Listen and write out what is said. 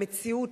למציאות,